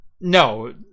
no